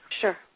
Sure